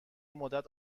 مدت